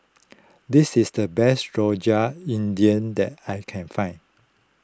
this is the best Rojak India that I can find